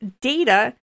data